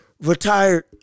retired